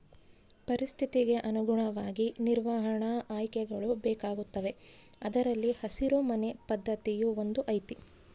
ಪರಿಸ್ಥಿತಿಗೆ ಅನುಗುಣವಾಗಿ ನಿರ್ವಹಣಾ ಆಯ್ಕೆಗಳು ಬೇಕಾಗುತ್ತವೆ ಅದರಲ್ಲಿ ಹಸಿರು ಮನೆ ಪದ್ಧತಿಯೂ ಒಂದು ಐತಿ